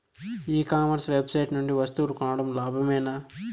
ఈ commerce website నుండి వస్తువులు కొనడం లాభమేనా?